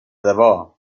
debò